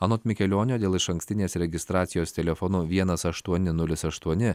anot mikelionio dėl išankstinės registracijos telefonu vienas aštuoni nulis aštuoni